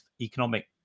economic